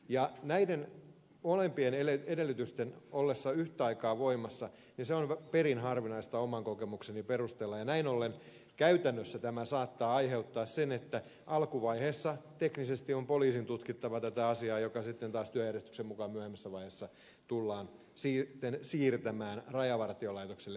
se että nämä molemmat edellytykset ovat yhtä aikaa voimassa on perin harvinaista oman kokemukseni perusteella ja näin ollen käytännössä tämä saattaa aiheuttaa sen että alkuvaiheessa teknisesti on poliisin tutkittava tätä asiaa joka sitten työjärjestyksen mukaan myöhemmässä vaiheessa tullaan siirtämään rajavartiolaitokselle